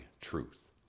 truth